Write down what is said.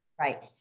Right